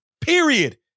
period